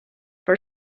for